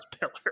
pillar